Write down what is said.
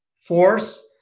force